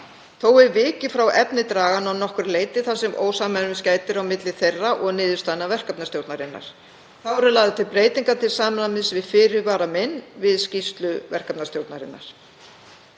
Þó er vikið frá efni draganna að nokkru leyti, þar sem ósamræmis gætir á milli þeirra og niðurstaðna verkefnastjórnarinnar. Þá eru lagðar til breytingar til samræmis við fyrirvara minn við skýrslu verkefnastjórnarinnar.